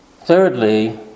Thirdly